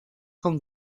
con